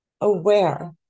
aware